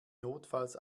notfalls